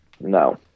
No